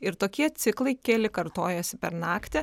ir tokie ciklai keli kartojasi per naktį